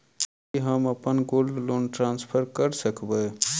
की हम अप्पन gold loan transfer करऽ सकबै?